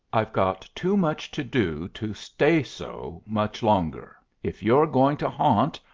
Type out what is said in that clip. i've got too much to do to stay so much longer. if you're going to haunt,